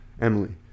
Emily